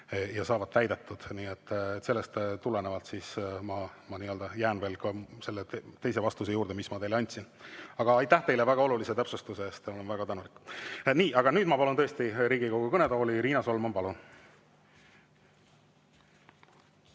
saavad täidetud. Nii et sellest tulenevalt ma jään selle teise vastuse juurde, mis ma teile andsin. Aga aitäh teile väga olulise täpsustuse eest! Olen väga tänulik. Nii, aga nüüd ma palun tõesti Riigikogu kõnetooli Riina Solmani. Palun!